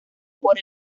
por